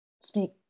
speak